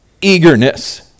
eagerness